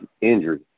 injury